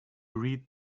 read